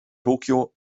tokyo